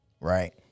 right